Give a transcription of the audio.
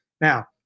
Now